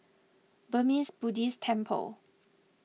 Burmese Buddhist Temple